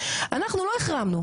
אנחנו לא החרמנו,